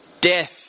Death